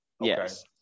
Yes